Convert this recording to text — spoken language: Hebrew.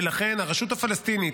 ולכן הרשות הפלסטינית,